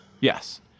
Yes